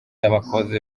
abakozi